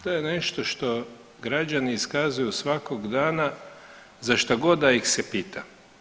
To je nešto što građani iskazuju svakog dana za šta god da ih se pita.